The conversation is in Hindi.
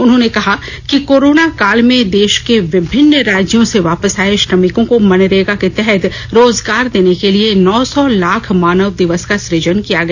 उन्होंने कहा कि कोरोना काल में देश के विभिन्न राज्यों से वापस आये श्रमिकों को मनरेगा के तहत रोजगार देने के लिए नौ सौ लाख मानव दिवस का सुजन किया गया